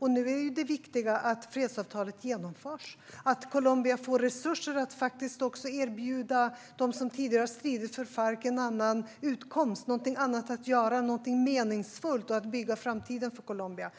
Nu är ju det viktiga att fredsavtalet genomförs och att Colombia får resurser att faktiskt erbjuda dem som tidigare har stridit för Farc en annan utkomst och någonting annat att göra, någonting meningsfullt, för att bygga framtiden för Colombia.